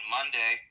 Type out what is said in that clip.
Monday